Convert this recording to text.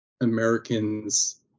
Americans